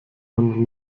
man